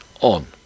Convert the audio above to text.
on